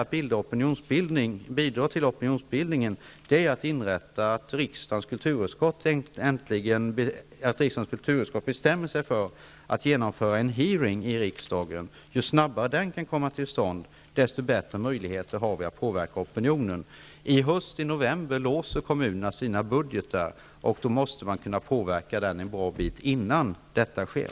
Ett sätt att bidra till opinionsbildningen är att riksdagens kulturutskott äntligen bestämmer sig för att genomföra en hearing i riksdagen. Ju snabbare den kan komma till stånd, desto bättre möjligheter har vi att påverka opinionen. I november i höst låser kommunerna sina budgetar, och man måste därför kunna påverka dem en bra bit innan detta sker.